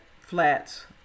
flats